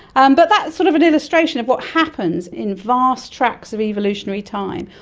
um but that's sort of an illustration of what happens in vast tracts of evolutionary time.